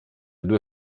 due